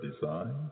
design